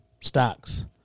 stocks